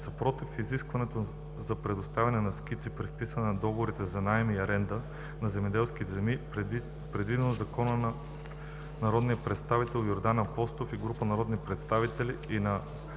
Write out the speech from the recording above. против изискването за предоставяне на скици при вписване на договорите за наем и аренда на земеделски земи, предвидено в законопроектите на народния представител Йордан Апостолов и група народни представители и на